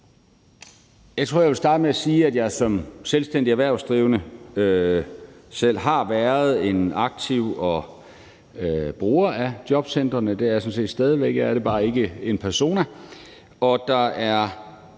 Jeg tror, jeg vil starte med at sige, at jeg som selvstændig erhvervsdrivende selv har været en aktiv bruger af jobcentrene, og det er jeg sådan set stadig væk – jeg er det bare ikke in persona